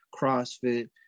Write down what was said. CrossFit